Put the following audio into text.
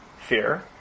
fear